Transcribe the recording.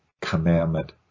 commandment